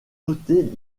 noter